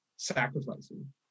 sacrificing